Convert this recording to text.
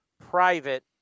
private